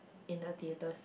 in the theaters